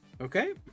okay